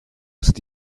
ist